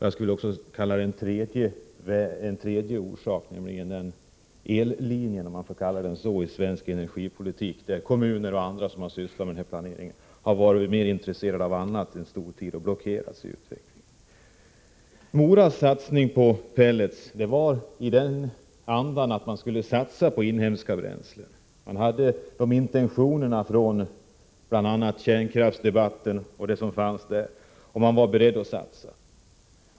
Jag skulle också vilja nämna en tredje orsak, nämligen ellinjen, om man får kalla den så. Kommuner och andra som har sysslat med planeringen har under lång tid varit mer intresserade av annat och blockerat utvecklingen. Moras satsning på pellets skedde i den anda som angavs i bl.a. kärnkraftsdebatten. Man hade intentionerna att satsa på inhemska bränslen.